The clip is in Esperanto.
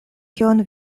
kion